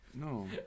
No